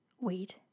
Wait